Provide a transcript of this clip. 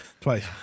Twice